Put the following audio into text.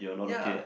ya